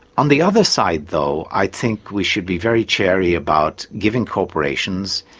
on the other side, though, i think we should be very chary about giving corporations,